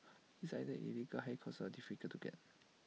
it's either illegal high cost or difficult to get